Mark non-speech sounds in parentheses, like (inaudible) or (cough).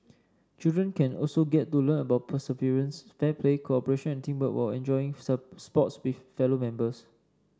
children can also get to learn about perseverance fair play cooperation and teamwork while enjoying (unintelligible) sports with fellow members